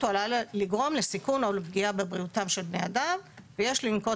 או עלולה לגרום לסיכון או לפגיעה בבריאותם של בני אדם ויש לנקוט